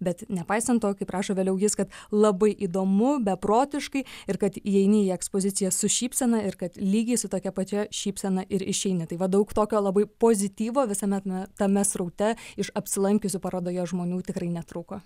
bet nepaisant to kaip rašo vėliau jis kad labai įdomu beprotiškai ir kad įeini į ekspoziciją su šypsena ir kad lygiai su tokia pačia šypsena ir išeini tai va daug tokio labai pozityvo visuomet na tame sraute iš apsilankiusių parodoje žmonių tikrai netrūko